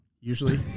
usually